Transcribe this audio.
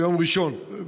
ביום ראשון,